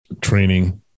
training